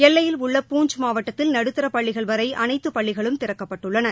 எல்லையில் உள்ள பூஞ்ச் மாவட்டத்தில் நடுத்தர பள்ளிகள் வரை அனைத்து பள்ளிகளும் திறக்கப்பட்டுள்ளன